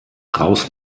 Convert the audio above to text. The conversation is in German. raus